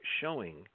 showing